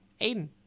Aiden